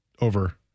over